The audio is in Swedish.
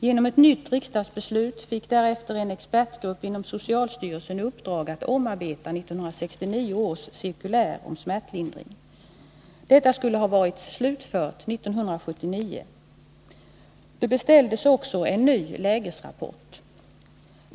Genom ett nytt riksdagsbeslut fick därefter en expertgrupp inom socialstyrelsen i uppdrag att omarbeta 1969 års cirkulär om smärtlindring. Detta skulle ha varit slutfört 1979. Det beställdes också en ny lägesrapport.